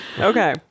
Okay